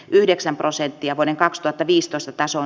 yhdeksän prosenttia vuoden kaksituhattaviisitoista tasoon